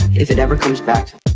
if it ever comes back